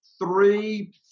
three